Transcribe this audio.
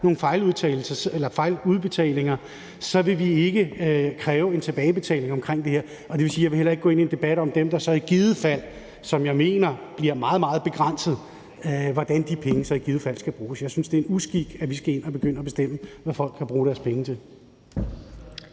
nogen fejludbetalinger, vil vi ikke kræve en tilbagebetaling her. Og det vil sige, at jeg heller ikke vil gå ind i en debat om de personer, som uretmæssigt har modtaget penge – som jeg mener udgør et meget, meget begrænset antal – og hvordan de penge så i givet fald skal bruges. Jeg synes, det er en uskik, at vi skal ind og begynde at bestemme, hvad folk skal bruge deres penge til.